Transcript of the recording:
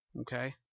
okay